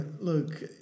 Look